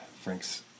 Frank's